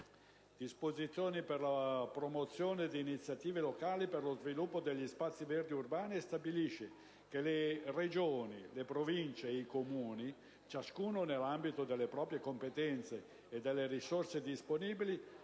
disposizioni per la promozione di iniziative locali per lo sviluppo degli spazi verdi urbani, e stabilisce che le Regioni, le Province e i Comuni, ciascuno nell'ambito delle proprie competenze e delle risorse disponibili,